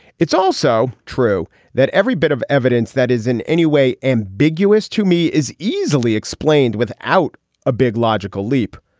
it's also true that every bit of evidence that is in any way ambiguous to me is easily explained without a big logical leap.